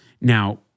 Now